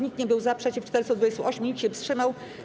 Nikt nie był za, przeciw - 428, nikt się nie wstrzymał.